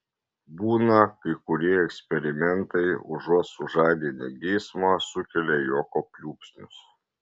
būna kai kurie eksperimentai užuot sužadinę geismą sukelia juoko pliūpsnius